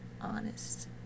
honest